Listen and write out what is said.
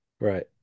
right